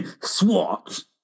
SWAT